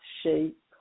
shape